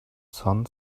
son